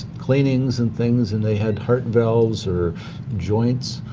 cleanings and things and they had heart valves or joints,